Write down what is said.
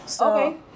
Okay